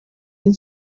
این